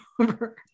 over